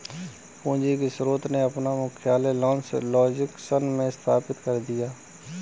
पूंजी के स्रोत ने अपना मुख्यालय लॉस एंजिल्स में स्थानांतरित कर दिया